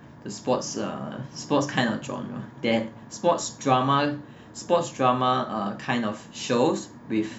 the sports uh sports kind of genre that sports drama sports drama kind of shows with